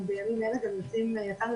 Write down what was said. בימים אלה אנחנו יצאנו לפיילוט